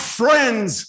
friends